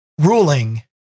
ruling